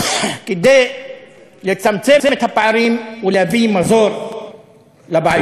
כדי לצמצם את הפערים ולהביא מזור לבעיות.